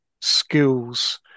skills